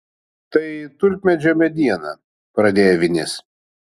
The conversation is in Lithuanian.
tai tulpmedžio mediena pradėjo vinis